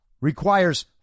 Requires